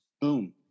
boom